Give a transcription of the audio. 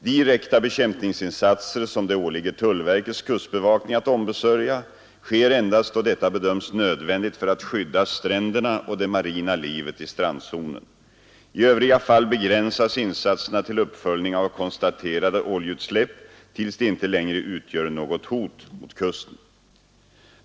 Direkta bekämpningsinsatser som det åligger tullverkets kustbevakning att ombesörja sker endast då detta bedöms nödvändigt för att skydda stränderna och det marina livet i strandzonen. I övriga fall begränsas insatserna till uppföljning av konstaterade oljeutsläpp tills de inte längre utgör något hot mot kusten.